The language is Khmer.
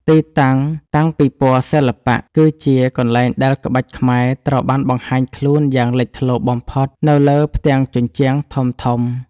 ទីតាំងតាំងពិព័រណ៍សិល្បៈ គឺជាកន្លែងដែលក្បាច់ខ្មែរត្រូវបានបង្ហាញខ្លួនយ៉ាងលេចធ្លោបំផុតនៅលើផ្ទាំងជញ្ជាំងធំៗ។